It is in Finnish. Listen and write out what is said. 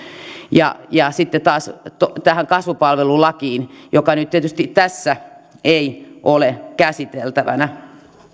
ja ja sitten taas kasvupalvelulakiin joka nyt tietysti tässä ei ole käsiteltävänä